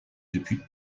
depuis